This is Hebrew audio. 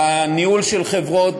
בניהול של חברות,